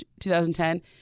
2010